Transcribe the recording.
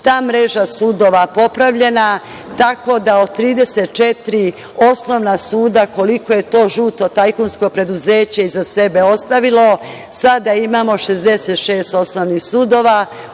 ta mreža sudova popravljena, tako da od 34 osnovna suda koliko je to žuto tajkunsko preduzeće iza sebe ostavilo, sada imamo 66 osnovnih sudova.